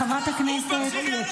חברת הכנסת --- די.